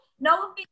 no